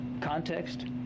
context